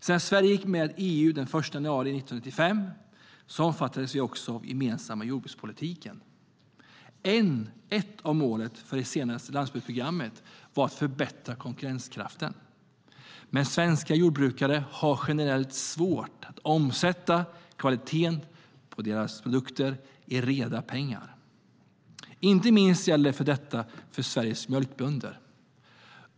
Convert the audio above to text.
Sedan Sverige gick med i EU den 1 januari 1995 omfattas vi av den gemensamma jordbrukspolitiken. Ett av målen för det senaste landsbygdsprogrammet var att förbättra konkurrenskraften. Men svenska jordbrukare har generellt svårt att omsätta kvaliteten på sina produkter i reda pengar. Inte minst gäller detta för Sveriges mjölkbönder.